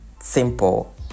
simple